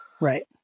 Right